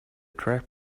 track